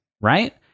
right